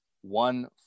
one